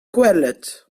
kwelet